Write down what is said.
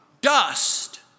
dust